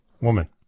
woman